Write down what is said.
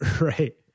Right